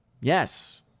Yes